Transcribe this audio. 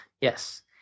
Yes